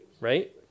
Right